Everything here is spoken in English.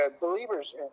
believers